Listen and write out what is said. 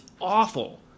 awful